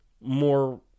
more